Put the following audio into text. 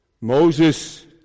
Moses